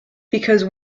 because